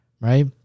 right